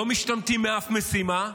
לא משתמטים מאף משימה.